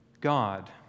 God